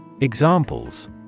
Examples